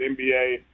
NBA